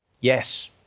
Yes